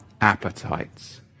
appetites